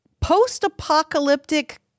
post-apocalyptic